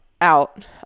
out